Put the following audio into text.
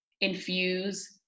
infuse